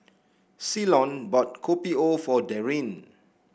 Ceylon bought Kopi O for Darryn